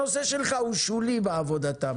הנושא שלך הוא שולי בעבודתם.